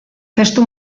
testu